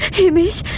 himesh.